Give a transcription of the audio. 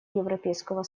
европейского